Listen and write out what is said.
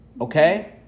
Okay